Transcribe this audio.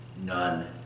none